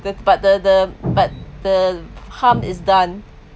the but the the but the harm is done